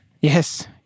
Yes